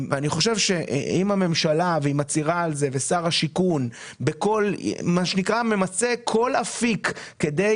אם הממשלה ושר השיכון ממצים כל אפיק כדי